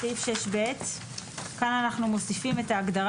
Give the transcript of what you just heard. סעיף 6ב. כאן אנחנו מוסיפים את ההגדרה